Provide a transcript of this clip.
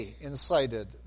incited